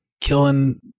killing